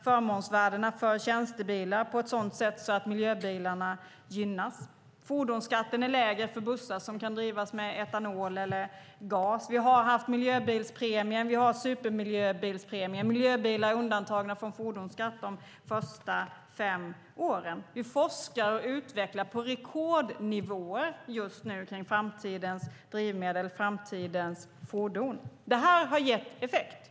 Förmånsvärdena för tjänstebilar används på ett sådant sätt att miljöbilar gynnas. Fordonsskatten är lägre för bussar som kan drivas med etanol eller gas. Där finns miljöbilspremien och supermiljöbilspremien. Miljöbilar är undantagna från fordonsskatt de första fem åren. Det forskas och utvecklas på rekordnivåer just nu om framtidens drivmedel och framtidens fordon. Dessa åtgärder har gett effekt.